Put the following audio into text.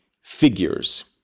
figures